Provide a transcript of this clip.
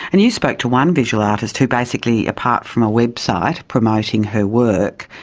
and you spoke to one visual artist who basically, apart from a website promoting her work,